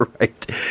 right